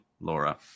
Laura